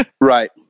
Right